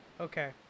Okay